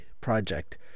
project